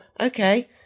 Okay